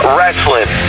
Wrestling